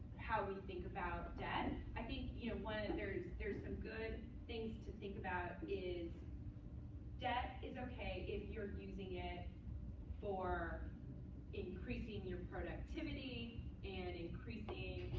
how we think about debt. i think you know there's there's some good things to think about is debt is ok if you're using it for increasing your productivity and increasing